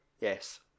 yes